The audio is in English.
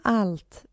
allt